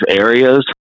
areas